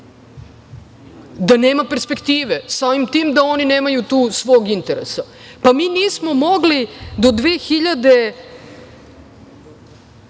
da nema perspektive, samim tim, da oni nemaju tu svog interesa. Nismo mogli do 2017.